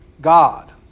God